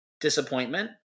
disappointment